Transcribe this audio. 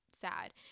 sad